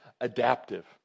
adaptive